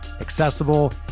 accessible